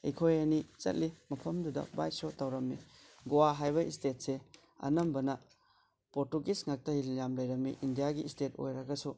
ꯑꯩꯈꯣꯏ ꯑꯅꯤ ꯆꯠꯂꯤ ꯃꯐꯝꯗꯨꯗ ꯕꯥꯏꯛ ꯁꯣ ꯇꯧꯔꯝꯃꯤ ꯒꯣꯋꯥ ꯍꯥꯏꯕ ꯁ꯭ꯇꯦꯠꯁꯦ ꯑꯅꯝꯕꯅ ꯄ꯭ꯔꯣꯇꯨꯒꯤꯁ ꯉꯥꯛꯇ ꯌꯥꯝꯅ ꯂꯩꯔꯝꯃꯤ ꯏꯟꯗꯤꯌꯥꯒꯤ ꯁ꯭ꯇꯦꯠ ꯑꯣꯏꯔꯒꯁꯨ